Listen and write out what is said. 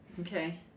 Okay